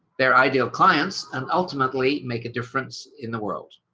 their ideal clients and ultimately make a difference in the world.